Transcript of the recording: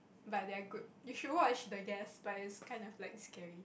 but they are good you should watch the Guest but is kind of like scary